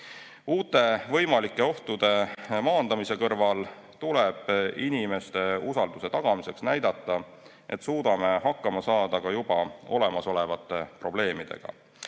Uute võimalike ohtude maandamise kõrval tuleb inimeste usalduse tagamiseks näidata, et suudame hakkama saada ka juba olemasolevate probleemidega.